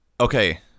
Okay